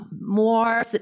more